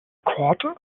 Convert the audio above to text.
korte